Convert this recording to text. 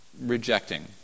rejecting